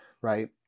right